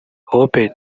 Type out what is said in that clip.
hope